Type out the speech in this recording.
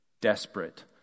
desperate